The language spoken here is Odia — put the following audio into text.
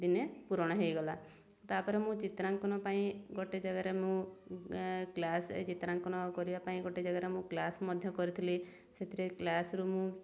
ଦିନେ ପୂରଣ ହୋଇଗଲା ତାପରେ ମୁଁ ଚିତ୍ରାଙ୍କନ ପାଇଁ ଗୋଟେ ଜାଗାରେ ମୁଁ କ୍ଲାସ୍ ଚିତ୍ରାଙ୍କନ କରିବା ପାଇଁ ଗୋଟେ ଜାଗାରେ ମୁଁ କ୍ଲାସ୍ ମଧ୍ୟ କରିଥିଲି ସେଥିରେ କ୍ଲାସ୍ରୁ ମୁଁ